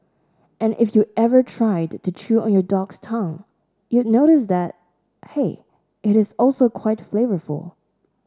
and if you ever tried to chew on your dog's tongue you'd notice that hey it is also quite flavourful